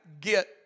get